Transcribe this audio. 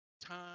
time